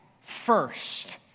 first